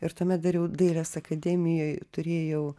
ir tuomet dariau dailės akademijoj turėjau